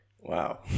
Wow